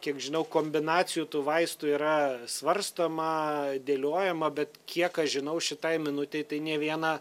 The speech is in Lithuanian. kiek žinau kombinacijų tų vaistų yra svarstoma dėliojama bet kiek aš žinau šitai minutei tai nė viena